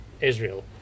Israel